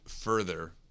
further